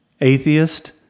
atheist